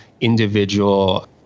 individual